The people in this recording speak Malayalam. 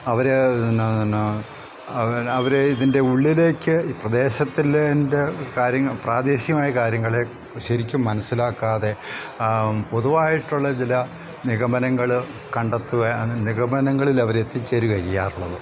അവർ എന്നാ എന്നാ അവർ ഇതിൻ്റെ ഉള്ളിലേക്ക് പ്രദേശത്തിൽ എൻ്റെ കാര്യ പ്രാദേശികമായ കാര്യങ്ങളെ ശരിക്കും മനസ്സിലാക്കാതെ പൊതുവായിട്ടുള്ള ചില നിഗമനങ്ങൾ കണ്ടെത്തുക നിഗമനങ്ങളിൽ അവരെ എത്തിച്ചേരുകയാണ് ചെയ്യാറുള്ളത്